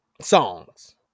songs